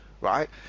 right